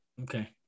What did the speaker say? Okay